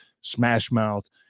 smash-mouth